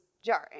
jarring